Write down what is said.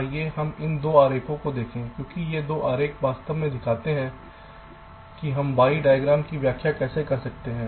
आइए हम इन 2 आरेखों को देखें क्योंकि ये 2 आरेख वास्तव में दिखाते हैं कि हम वाई आरेख की व्याख्या कैसे कर सकते हैं